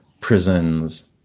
prisons